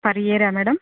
per ఇయరా madam